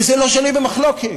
וזה לא שנוי במחלוקת.